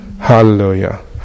Hallelujah